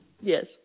Yes